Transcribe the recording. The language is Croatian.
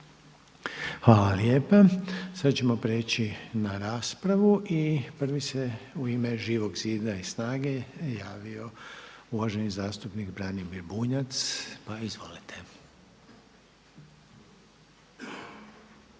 Hvala lijepa. Sada ćemo priječi na raspravu. I prvi se u ime Živog zida i SNAGA-e javio uvaženi zastupnik Branimir Bunjac, pa izvolite.